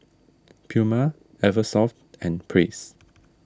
Puma Eversoft and Praise